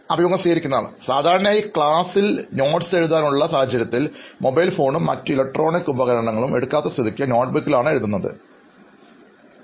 അഭിമുഖം സ്വീകരിക്കുന്നയാൾ സാധാരണയായി ക്ലാസ്സിൽ കുറിപ്പുകൾ എഴുതാനുള്ള സാഹചര്യത്തിൽ മൊബൈൽ ഫോണും മറ്റു ഇലക്ട്രോണിക് ഉപകരണമോ എടുക്കാത്ത സ്ഥിതിക്ക് നോട്ടുബുക്കിൽ ആണ് എഴുതാറുള്ളത്